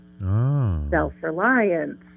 self-reliance